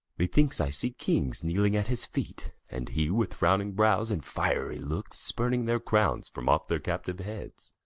methinks i see kings kneeling at his feet, and he with frowning brows and fiery looks spurning their crowns from off their captive heads.